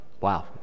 Wow